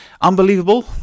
unbelievable